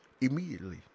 immediately